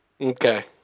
Okay